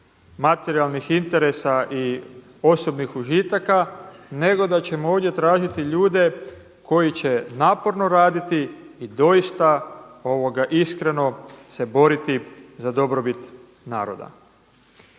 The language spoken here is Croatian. materijalnih interesa i osobnih užitaka, nego da ćemo ovdje tražiti ljude koji će naporno raditi i doista iskreno se boriti za dobrobit naroda.